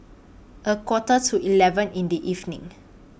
A Quarter to eleven in The evening